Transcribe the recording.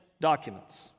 documents